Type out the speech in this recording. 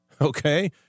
okay